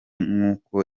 n’uko